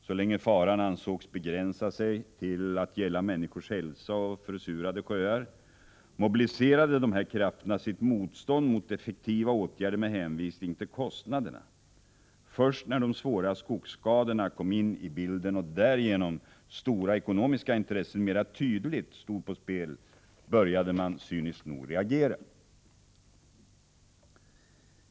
Så länge faran ansågs begränsa sig till att gälla människors hälsa och försurade sjöar mobiliserade dessa krafter sitt motstånd mot effektiva åtgärder med hänvisning till kostnaderna. Först när de svåra skogsskadorna kom in i bilden, och stora ekonomiska intressen därigenom mera tydligt stod på spel, började man reagera, cyniskt nog.